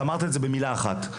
את אמרת את זה במילה אחת,